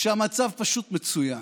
שהמצב פשוט מצוין.